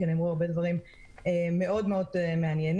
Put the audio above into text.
ונאמרו הרבה דברים מאוד מאוד מעניינים.